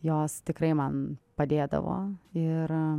jos tikrai man padėdavo ir